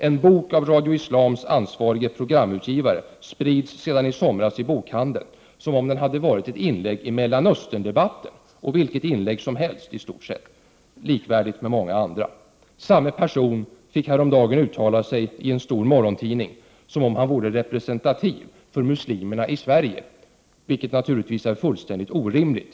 En bok av Radio Islams ansvarige programutgivare sprids sedan i somras i bokhandeln som om den hade varit ett inlägg i Mellanösterndebatten, vilket som helst i stort sett och likvärdigt med många andra. Samme person fick häromdagen uttala sig i en stor morgontidning som om han vore representativ för muslimerna i Sverige, vilket naturligtvis är fullständigt orimligt.